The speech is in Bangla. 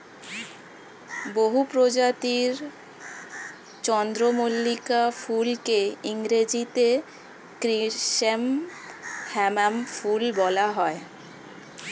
বহু প্রজাতির চন্দ্রমল্লিকা ফুলকে ইংরেজিতে ক্রিস্যান্থামাম ফুল বলা হয়